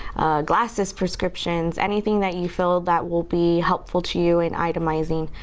glasses prescriptions, anything that you feel that will be helpful to you in itemizing.